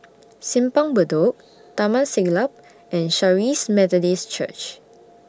Simpang Bedok Taman Siglap and Charis Methodist Church